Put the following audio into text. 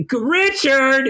Richard